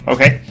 Okay